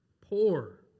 poor